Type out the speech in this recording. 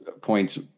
points